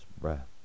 breath